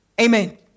Amen